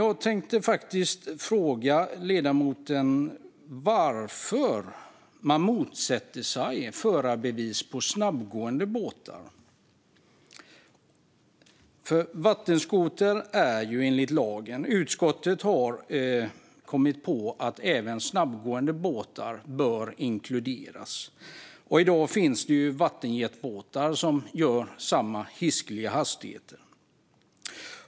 Jag tänkte fråga ledamoten varför man motsätter sig förarbevis för snabbgående båtar. Utskottet har kommit på att även snabbgående båtar bör inkluderas i förarbeviset. I dag finns vattenjetbåtar som gör samma hiskeliga hastigheter.